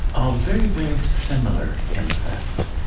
are very, very similar, in fact.